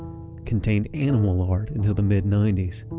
contained animal lard until the mid ninety s.